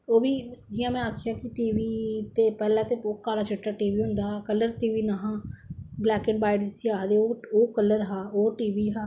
ओवी जियां में आखेआ कि टीवी ते पैहलें ते ओह् काला चिट्टा टीवी होंदा हा कलर टीवी नेईं हा ब्लेक एंड बाइट जिसी आक्खदे ओह् कलर हां ओह् टीवी हा